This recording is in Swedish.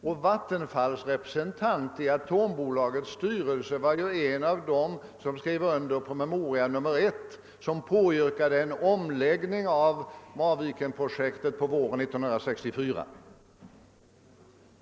Och Vattenfalls "representant i Atombolagets styrelse var ju en av dem som skrev under promemoria nr 1, vari påyrkades en omläggning av Marvikenprojektet på våren 1964.